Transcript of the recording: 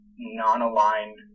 non-aligned